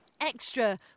extra